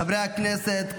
חברי הכנסת,